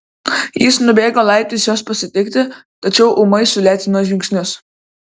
jis nubėgo laiptais jos pasitikti tačiau ūmai sulėtino žingsnius